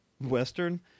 western